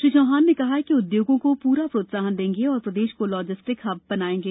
श्री चौहान ने कहा उद्योगों को पूरा प्रोत्साहन देंगे और प्रदेश को लॉजिस्टिक हब बनाएंगे